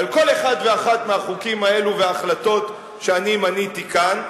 על כל אחד ואחד מהחוקים האלה וההחלטות שאני מניתי כאן.